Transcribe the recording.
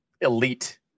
elite